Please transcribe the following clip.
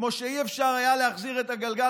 כמו שלא היה אפשר להחזיר אחורה,